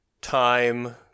time